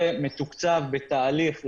זה מתוקצב בתהליך,